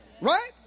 Right